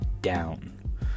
down